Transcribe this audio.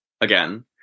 again